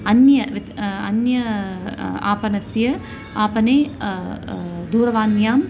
अन्य वित् अन्य आपणस्य आपणे दूरवाण्याम्